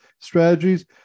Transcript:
strategies